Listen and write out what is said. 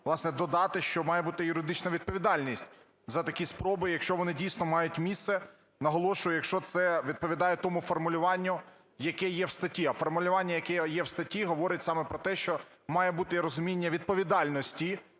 власне, додати, що має бути юридична відповідальність за такі спроби, якщо вони дійсно мають місце, наголошую, якщо це відповідає тому формулюванню, яке є в статті. А формулювання, яке є в статті, говорить саме про те, що має бути розуміння відповідальності